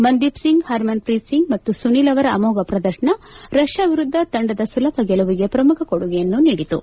Mandeep Singh Harmanpreet Singh ಮತ್ತು ಸುನೀಲ್ ಅವರ ಅಮೋಫ ಪ್ರದರ್ಶನ ರಷ್ಯಾ ವಿರುದ್ದ ತಂಡದ ಸುಲಭ ಗೆಲುವಿಗೆ ಪ್ರಮುಖ ಕೊಡುಗೆಯನ್ನು ನೀಡಿತು